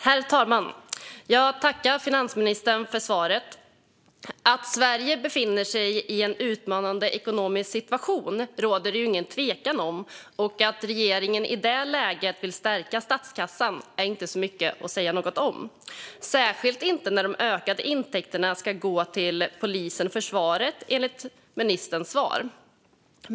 Herr talman! Jag tackar finansministern för svaret. Att Sverige befinner sig i en utmanande ekonomisk situation råder det ingen tvekan om, och att regeringen i det läget vill stärka statskassan finns det inte mycket att säga om - särskilt inte när de ökade intäkterna ska gå till polisen och försvaret, enligt ministerns svar.